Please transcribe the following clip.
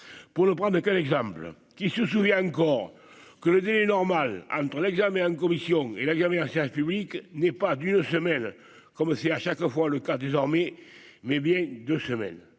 pour le prendre qu'un exemple, qui se souvient encore que le délai normal entre l'examen en commission et la gamine Serge public n'est pas d'une semelle, comme si à chaque fois le cas désormais mais bien deux semaines